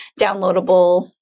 downloadable